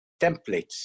templates